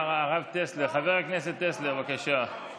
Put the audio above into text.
הרב טסלר, חבר הכנסת טסלר, בבקשה.